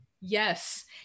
Yes